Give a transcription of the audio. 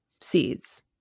seeds